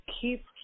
keep